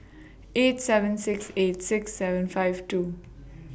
eight seven six eight six seven five two